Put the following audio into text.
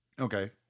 Okay